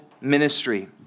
ministry